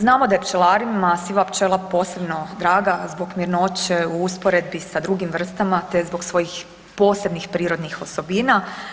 Znamo da je pčelarima siva pčela posebno draga zbog mirnoće u usporedbi sa drugim vrstama te zbog svojih posebnih prirodnih osobina.